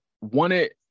wanted